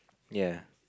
ya